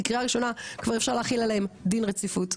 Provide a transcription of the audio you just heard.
כי קריאה ראשונה כבר אפשר להחיל עליהם דין רציפות,